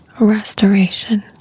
restoration